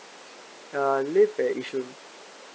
I live at yishun